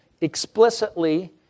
explicitly